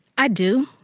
i do.